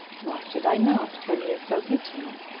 why should i not, when he is so good to me?